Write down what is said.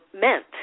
meant